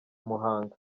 muhanga